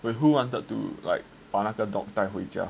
wait who wanted to like 把那个 dog 带回家